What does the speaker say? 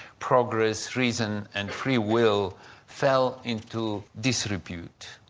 progress, reason, and freewill fell into disrepute.